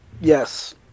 Yes